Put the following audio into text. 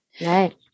Right